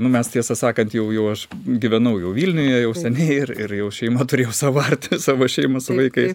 nu mes tiesą sakant jau jau aš gyvenau jau vilniuje jau seniai ir ir jau šeimą turėjau savo arti savo šeimą su vaikais